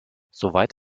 soweit